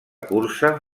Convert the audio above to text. cursa